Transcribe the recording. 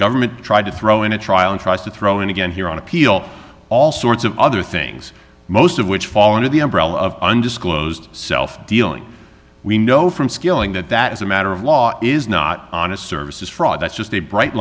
government tried to throw in a trial and tries to throw in again here on appeal all sorts of other things most of which fall under the umbrella of undisclosed self dealings we know from skilling that that is a matter of law is not honest services fraud that's just a bright